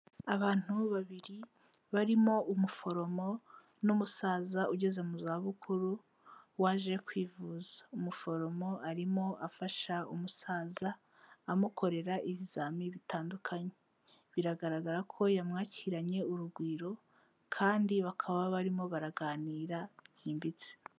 Abantu babiri barimo umuforomo n'umusaza ugeze mu za bukuru waje kwivuza, umuforomo arimo afasha umusaza amukorera ibizamiini bitandukanye biragaragara ko yamwakiranye urugwiro kandi bakaba barimo baraganira byimbitse.